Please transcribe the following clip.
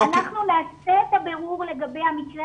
אנחנו נעשה את הבירור לגבי המקרה